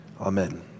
Amen